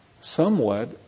somewhat